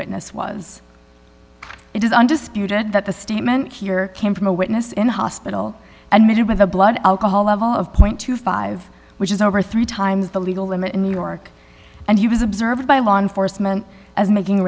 witness was it is undisputed that the statement here came from a witness in the hospital and made it with a blood alcohol level of point twenty five which is over three times the legal limit in new york and he was observed by law enforcement as making